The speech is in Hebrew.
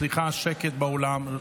סליחה, שקט באולם.